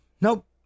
nope